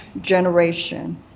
generation